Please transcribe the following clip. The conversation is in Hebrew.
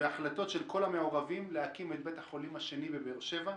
והחלטות של כל המעורבים להקים את בית החולים השני בבאר שבע,